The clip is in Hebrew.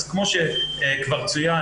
אז כמו שכבר צוין,